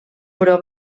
però